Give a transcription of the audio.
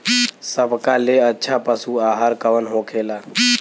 सबका ले अच्छा पशु आहार कवन होखेला?